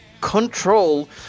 Control